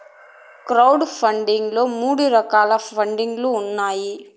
crowd funding లో మూడు రకాల పండింగ్ లు ఉన్నాయి